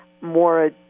more